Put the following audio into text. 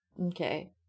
Okay